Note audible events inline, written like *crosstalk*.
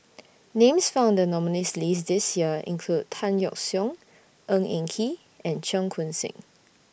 *noise* Names found in The nominees' list This Year include Tan Yeok Seong Ng Eng Kee and Cheong Koon Seng